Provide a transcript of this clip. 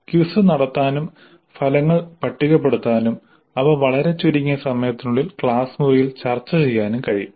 quiz നടത്താനും ഫലങ്ങൾ പട്ടികപ്പെടുത്താനും അവ വളരെ ചുരുങ്ങിയ സമയത്തിനുള്ളിൽ ക്ലാസ് മുറിയിൽ ചർച്ചചെയ്യാനും കഴിയും